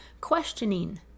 questioning